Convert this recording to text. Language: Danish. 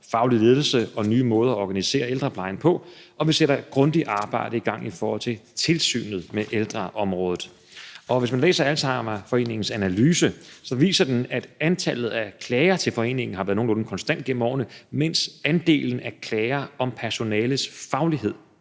faglig ledelse og nye måder at organisere ældreplejen på, og vi sætter et grundigt arbejde i gang i forhold til tilsynet med ældreområdet. Hvis man læser Alzheimerforeningens analyse, viser den, at antallet af klager til foreningen har været nogenlunde konstant gennem årene, mens andelen af klager over personalets faglighed